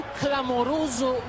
clamoroso